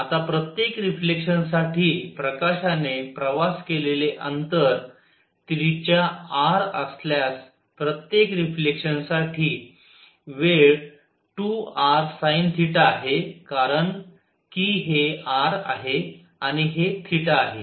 आता प्रत्येक रिफ्लेक्शन साठी प्रकाशाने प्रवास केलेले अंतर त्रिज्या r असल्यास प्रत्येक रिफ्लेक्शन साठी वेळ 2rsinθ आहे कारण कि हे r आहे आणि हे आहे